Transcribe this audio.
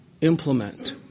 Implement